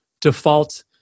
default